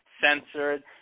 Censored